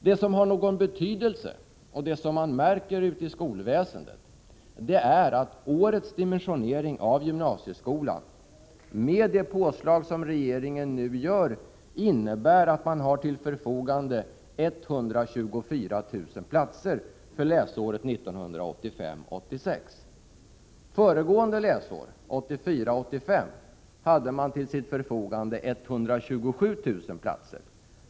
Det som har någon betydelse och det som man märker ute i skolväsendet är att årets dimensionering av gymnasieskolan, med det påslag som regeringen gör, innebär att det finns 124 000 platser till förfogande för läsåret 1985 85, fanns det 127 000 platser till förfogande.